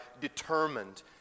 determined